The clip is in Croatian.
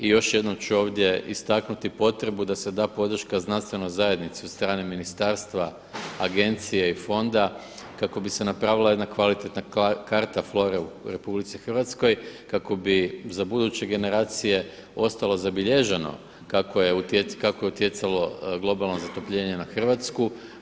I još jednom ću ovdje istaknuti potrebu da se da podrška znanstvenoj zajednici od strane ministarstva, agencije i fonda kako bi se napravila jedna kvalitetna karta flore u RH kako bi za buduće generacije ostalo zabilježeno kako je utjecalo globalno zatopljenje na Hrvatsku.